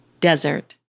Desert